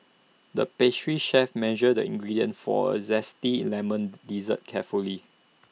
the pastry chef measured the ingredients for A Zesty Lemon Dessert carefully